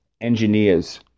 engineers